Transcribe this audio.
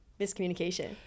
miscommunication